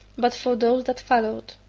but for those that followed.